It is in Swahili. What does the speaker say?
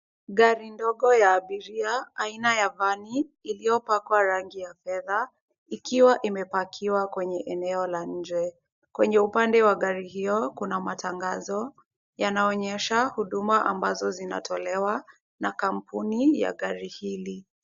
Gari ndogo ya abiria aina ya vani, iliyopakwa rangi ya fedha ikiwa imepakiwa kwenye eneo la nje. Kwenye upande wa gari hiyo kuna matangazo, yanaonyesha huduma ambazo zinatolewa na kampuni ya gari hili.